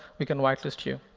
we can whitelist you.